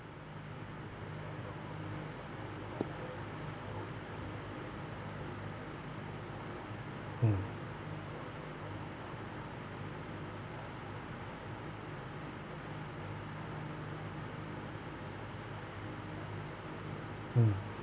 mm mm